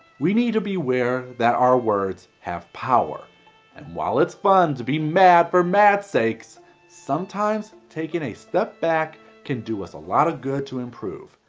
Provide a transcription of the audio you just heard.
we need to beware that our words have power and while it's fun to be mad for mad shake sometimes taking a step back can do us a lot of good to improve.